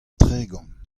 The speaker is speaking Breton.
tregont